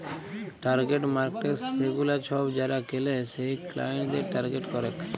target markets সেগুলা সব যারা কেলে সেই ক্লায়েন্টদের টার্গেট করেক